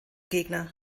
gegner